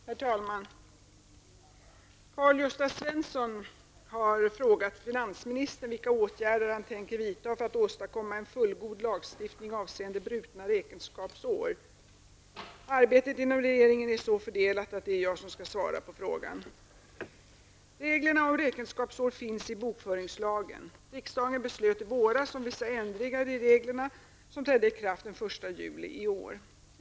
Herr talman! Karl-Gösta Svenson har frågat finansministern vilka åtgärder han tänker vidta för att åstadkomma en fullgod lagstiftning avseende brutna räkenskapsår. Arbetet inom regeringen är så fördelat att det är jag som skall svara på frågan. Riksdagen beslöt i våras om vissa ändringar i reglerna som trädde i kraft den 1 juli i år.